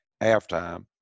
halftime